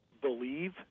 believe